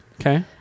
Okay